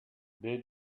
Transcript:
they